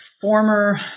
former